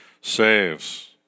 Saves